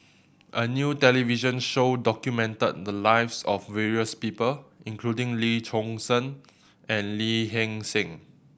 a new television show documented the lives of various people including Lee Choon Seng and Lee Hee Seng